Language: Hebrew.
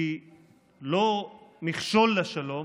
היא לא מכשול לשלום